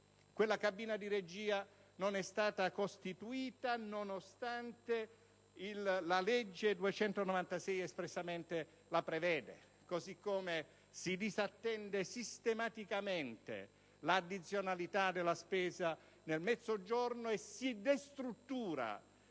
Quella cabina di regia non è stata costituita, nonostante la legge n. 296 la prevedesse espressamente, così come si disattende sistematicamente l'addizionalità della spesa nel Mezzogiorno e si destruttura